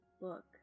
book